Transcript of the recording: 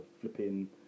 flipping